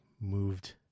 Moved